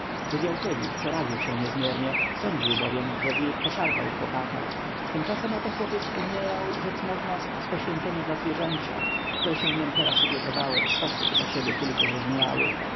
wywiałkiewicz przeraził się niezmiernie sądził bowiem że wilk poszarpał chłopaka tymczasem oto chłopiec umierał rzec można z poświęcenia dla zwierzęcia które się niem teraz opiekowało w sposób dla siebie tylko zrozumiały